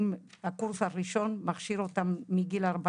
אם אנחנו גם משנים להם את ההגדרה,